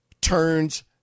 turns